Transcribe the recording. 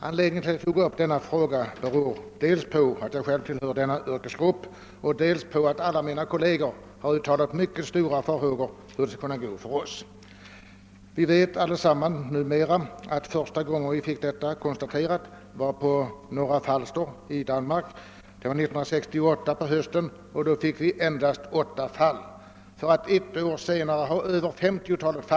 Anledningen till att jag tog upp denna fråga är dels att jag tillhör yrkesgruppen fruktodlare, dels att mina kolleger uttalat mycket stora farhågor inför risken att päronpesten skall sprida sig till oss. Första gången förekomst av päronpest konstaterades var som bekant på norra Falster i Danmark på hösten 1968. Det gällde då endast åtta fall. Ett år senare uppträdde över femtiotalet fall.